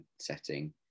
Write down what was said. setting